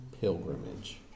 pilgrimage